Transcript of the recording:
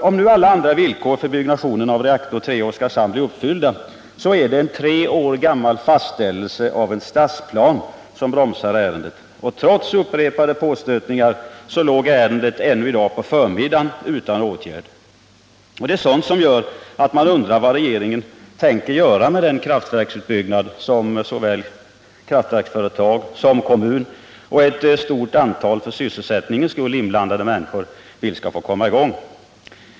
Om nu alla andra villkor för byggnationen av reaktor 3 i Oskarshamn blir uppfyllda så är det en fastställelse av en tre år gammal stadsplan som bromsar ärendet. Och trots upprepade påstötningar ligger ärendet ännu i dag på förmiddagen utan åtgärd. Det är sådant som gör att man undrar vad regeringen tänker göra med den kraftverksutbyggnad som såväl kraftverksföretag som kommun och ett stort antal för sysselsättningens skull inblandade människor vill skall få komma i gång.